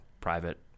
private